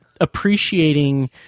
appreciating